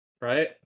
Right